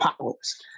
powers